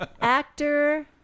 Actor